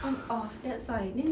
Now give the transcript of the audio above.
on off that's why then